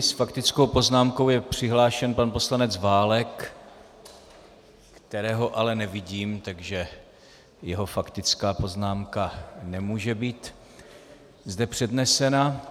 S faktickou poznámkou je přihlášen pan poslanec Válek, kterého ale nevidím, takže jeho faktická poznámka nemůže být zde přednesena.